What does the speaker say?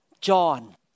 John